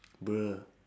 bruh